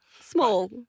small